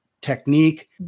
technique